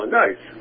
nice